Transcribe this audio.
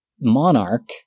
Monarch